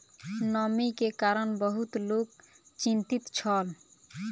नमी के कारण बहुत लोक चिंतित छल